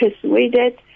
persuaded